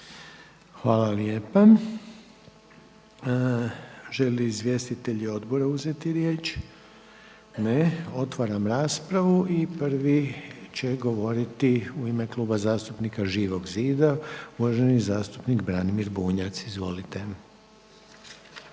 Hvala lijepa. Žele li izvjestitelji odbora uzeti riječ? Ne. Otvaram raspravu. I prvi će govoriti u ime Kluba zastupnika Živog zida uvaženi zastupnik Branimir Bunjac. Izvolite.